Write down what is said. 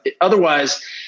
otherwise